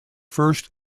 first